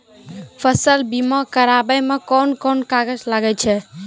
फसल बीमा कराबै मे कौन कोन कागज लागै छै?